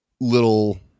little